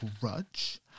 Grudge